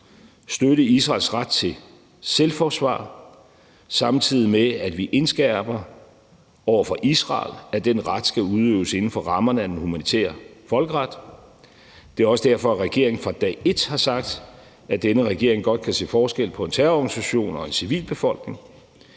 støtte Israels ret til selvforsvar, samtidig med at vi indskærper over for Israel, at den ret skal udøves inden for rammerne af den humanitære folkeret. Det er også derfor, regeringen fra dag et har sagt, at denne regering godt kan se forskel på en terrororganisation og en civilbefolkning.